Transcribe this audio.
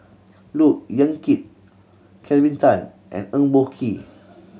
Look Yan Kit Kelvin Tan and Eng Boh Kee